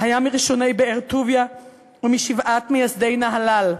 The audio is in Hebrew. היה מראשוני באר-טוביה ומשבעת מייסדי נהלל.